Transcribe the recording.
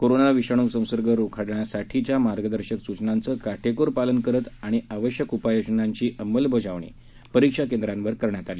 corona विषाणू संसर्ग रोखण्यासाठीच्या मार्गदर्शक सूचनांचं काटेकोर पालन करत आणि आवश्यक उपाययोजनांची अंमलबजावणी परीक्षा केंद्रांवर करण्यात आली